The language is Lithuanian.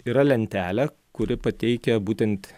yra lentelė kuri pateikia būtent